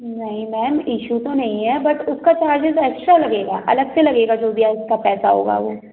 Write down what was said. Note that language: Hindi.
नहीं मैम इशु तो नहीं है बट उसका चार्जेस एक्स्ट्रा लगेगा अलग से लगेगा जो भी है उसका पैसा होगा वह